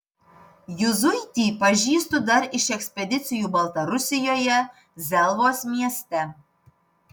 juzuitį pažįstu dar iš ekspedicijų baltarusijoje zelvos mieste